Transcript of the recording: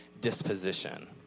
disposition